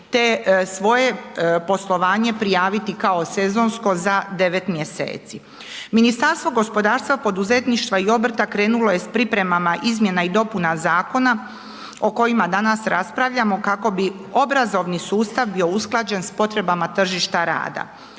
te svoje poslovanje prijaviti kao sezonsko za 9 mjeseci. Ministarstvo gospodarstva, poduzetništva i obrta krenulo je s pripremama izmjena i dopuna zakona o kojima danas raspravljamo kako bi obrazovni sustav bio usklađen s potrebama tržišta rada.